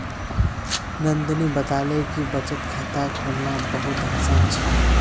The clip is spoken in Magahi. नंदनी बताले कि बचत खाता खोलना बहुत आसान छे